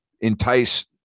entice